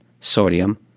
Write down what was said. sodium